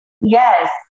Yes